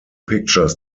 pictures